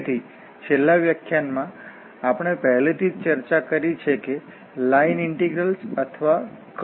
તેથી છેલ્લા વ્યાખ્યાનમાં આપણે પહેલેથી જ ચર્ચા કરી છે કે લાઇન ઇંટીંગલ્સ અથવા કર્વ ઇન્ટિગ્રલ્સ શું છે